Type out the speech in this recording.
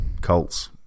Colts